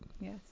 Yes